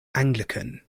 anglican